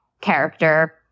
character